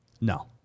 No